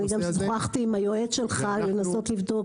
אני גם שוחחתי עם היועץ שלך לנסות לבדוק